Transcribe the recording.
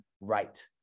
right